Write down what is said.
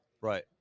Right